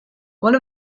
one